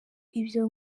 ibyo